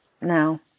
now